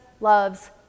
loves